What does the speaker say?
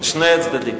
שני הצדדים.